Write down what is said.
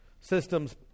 systems